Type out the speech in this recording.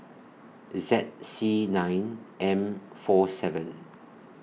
Z C nine M four seven